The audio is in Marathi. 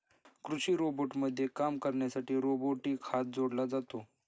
कृषी रोबोटमध्ये काम करण्यासाठी रोबोटिक हात जोडला जातो